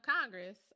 Congress